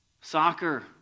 Soccer